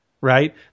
right